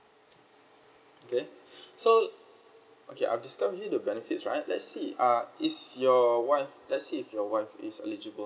okay so okay I've discussed with you the benefits right let's see uh is your wife let's see if your wife is eligible